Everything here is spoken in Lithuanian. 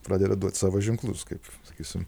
pradeda duot savo ženklus kaip sakysim